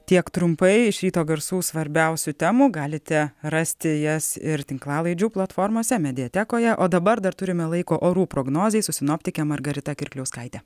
tiek trumpai iš ryto garsų svarbiausių temų galite rasti jas ir tinklalaidžių platformose mediatekoje o dabar dar turime laiko orų prognozei su sinoptike margarita kirkliauskaite